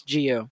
Geo